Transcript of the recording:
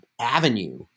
avenue